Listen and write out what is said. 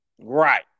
Right